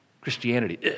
Christianity